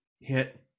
hit